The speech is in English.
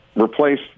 replace